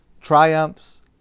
triumphs